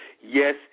Yes